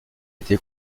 été